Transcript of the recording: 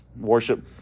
Worship